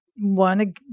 one